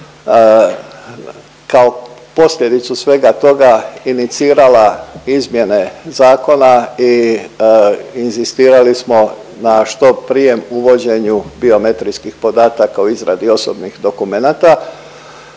kao posljedicu sve toga inicirala izmjene zakona i inzistirali smo na što prijem uvođenju biometrijskih podataka u izradi osobnih dokumenata.